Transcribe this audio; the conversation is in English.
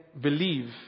believe